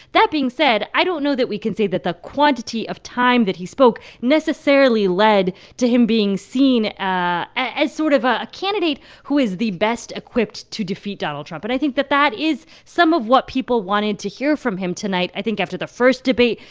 that being said, i don't know that we can say that the quantity of time that he spoke necessarily led to him being seen ah as sort of a candidate who is the best-equipped to defeat donald trump. but i think that that is some of what people wanted to hear from him tonight. i think after the first debate,